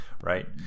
right